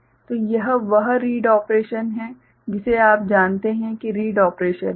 तो यह वह रीड ऑपरेशन है जिसे आप जानते हैं कि रीड ऑपरेशन है